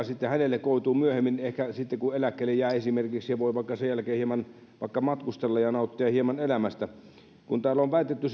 sitten hänelle koituu myöhemmin ehkä sitten kun eläkkeelle jää esimerkiksi ja hän voi vaikka sen jälkeen hieman vaikka matkustella ja nauttia hieman elämästä kun täällä on väitelty